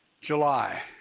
July